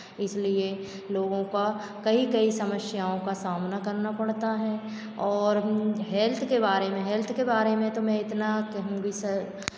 इसलिए लोगों का कई कई समस्याओं का सामना करना पड़ता है और हेल्थ के बारे में हेल्थ के बारे में मैं इतना कहूंगी सर